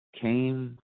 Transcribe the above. came